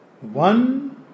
One